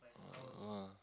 !wah!